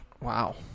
Wow